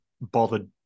bothered